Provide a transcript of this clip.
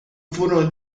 furono